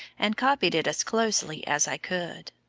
and copied it as closely as i could.